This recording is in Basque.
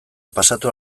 pasatu